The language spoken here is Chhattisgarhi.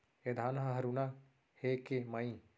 ए धान ह हरूना हे के माई?